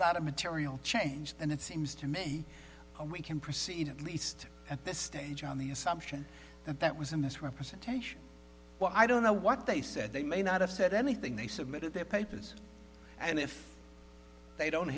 not a material change and it seems to me we can proceed at least at this stage on the assumption that that was a misrepresentation well i don't know what they said they may not have said anything they submitted their papers and if they don't